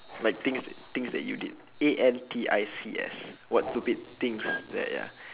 like things that things that you did A N T I C S what stupid things that ya